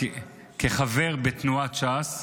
כחבר בתנועת ש"ס,